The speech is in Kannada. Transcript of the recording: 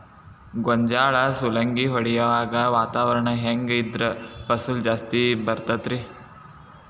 ಗೋಂಜಾಳ ಸುಲಂಗಿ ಹೊಡೆಯುವಾಗ ವಾತಾವರಣ ಹೆಂಗ್ ಇದ್ದರ ಫಸಲು ಜಾಸ್ತಿ ಬರತದ ರಿ?